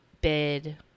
bid